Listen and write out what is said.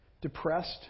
Depressed